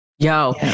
Yo